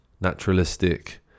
naturalistic